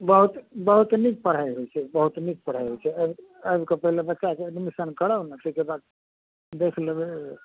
बहुत बहुत नीक पढ़ाइ होइत छै बहुत नीक पढ़ाइ होइ छै आबि आबि कऽ पहिले बच्चाके एडमिशन कराउ ने तहिके बाद देखि लेबै